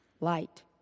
light